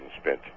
spent